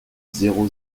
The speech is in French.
zéro